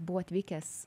buvo atvykęs